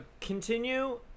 Continue